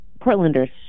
Portlanders